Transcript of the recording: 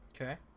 okay